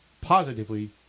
positively